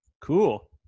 Cool